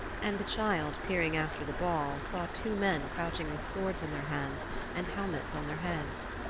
and the child peering after the ball saw two men crouching with swords in their hands and helmets on their heads.